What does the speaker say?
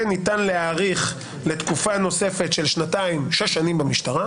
וניתן להאריך לתקופה נוספת של שנתיים, שש במשטרה,